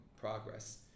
progress